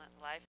Life